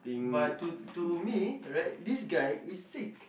but to to me right this guy is sick